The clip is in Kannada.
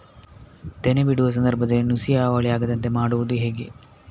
ತೆನೆ ಬಿಡುವ ಸಂದರ್ಭದಲ್ಲಿ ನುಸಿಯ ಹಾವಳಿ ಆಗದಂತೆ ಮಾಡುವುದು ಹೇಗೆ?